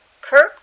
Kirk